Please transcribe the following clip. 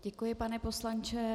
Děkuji, pane poslanče.